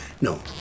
No